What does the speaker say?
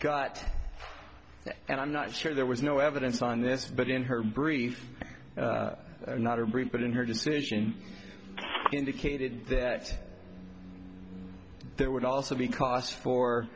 gut and i'm not sure there was no evidence on this but in her brief not a brief but in her decision indicated that there would also be costs fo